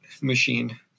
machine